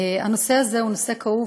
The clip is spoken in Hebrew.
הנושא הזה הוא נושא כאוב.